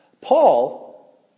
Paul